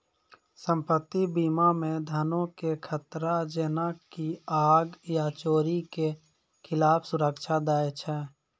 सम्पति बीमा मे धनो के खतरा जेना की आग या चोरी के खिलाफ सुरक्षा दै छै